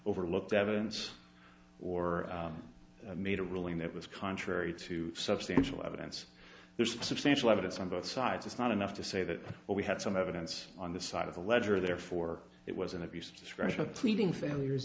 overlooked evidence or made a ruling that was contrary to substantial evidence there's substantial evidence on both sides it's not enough to say that we had some evidence on the side of the ledger therefore it was an abuse of discretion of pleading failures